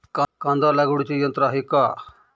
कांदा लागवडीचे यंत्र आहे का?